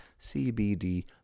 CBD